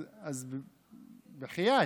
אז בחייאת,